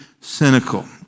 cynical